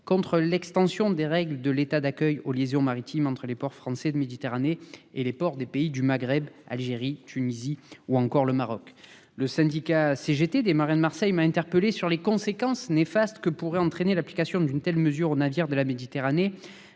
aussi l'extension des règles de l'État d'accueil aux liaisons maritimes entre les ports français de Méditerranée et les ports des pays du Maghreb- Algérie, Tunisie, Maroc. Le syndicat CGT des marins de Marseille m'a interpellé sur les conséquences néfastes que pourrait avoir l'application d'une telle mesure aux navires de la Méditerranée.